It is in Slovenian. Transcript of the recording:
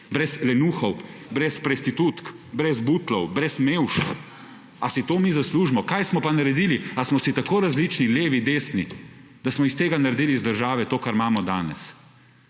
brez lenuhov, brez prostitutk, brez butlov, brez mevž. Ali si to mi zaslužimo? Kaj smo pa naredili? Ali smo si tako različni, levi, desni, da smo iz tega naredili iz države to kar imamo danes?